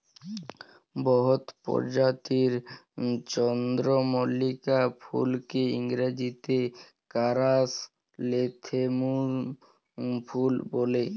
বহুত পরজাতির চল্দ্রমল্লিকা ফুলকে ইংরাজিতে কারাসলেথেমুম ফুল ব্যলে